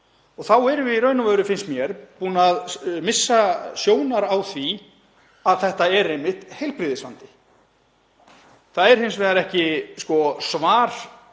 Þá erum við í raun og veru, finnst mér, búin að missa sjónar á því að þetta er einmitt heilbrigðisvandi. Það er hins vegar ekki